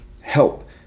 help